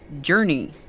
journey